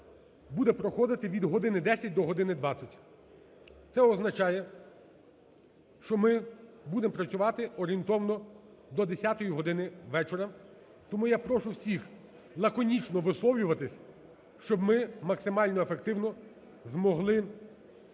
буде проходити від години 10 до години 20. Це означає, що ми будемо працювати орієнтовно до 10-ї години вечора. Тому я прошу всіх лаконічно висловлюватися, щоб ми максимально ефективно змогли